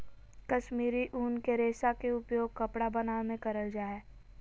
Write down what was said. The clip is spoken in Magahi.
कश्मीरी उन के रेशा के उपयोग कपड़ा बनावे मे करल जा हय